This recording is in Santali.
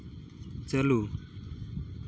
ᱪᱟᱹᱞᱩ